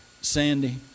Sandy